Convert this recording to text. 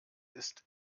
ist